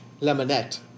Lemonette